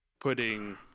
putting